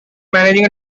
managing